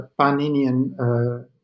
Paninian